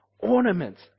Ornaments